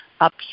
up